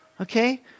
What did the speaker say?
Okay